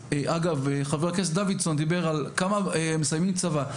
חבר הכנסת דוידסון דיבר על כמה מסיימים צבא.